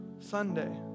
Sunday